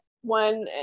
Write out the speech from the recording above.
one